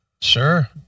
Sure